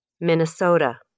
Minnesota